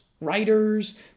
writers